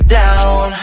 down